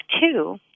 two